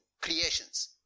creations